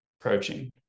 approaching